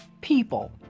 people